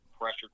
pressured